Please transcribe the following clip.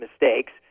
mistakes